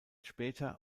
später